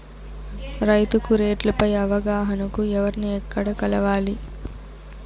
రైతుకు రేట్లు పై అవగాహనకు ఎవర్ని ఎక్కడ కలవాలి?